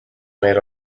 made